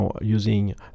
using